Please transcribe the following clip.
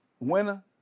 Winner